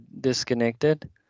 disconnected